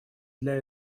для